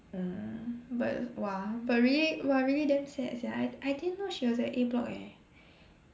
mm but !wah! but really !wah! really damn sad sia I I didn't know she was at A block eh